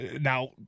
now